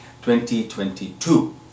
2022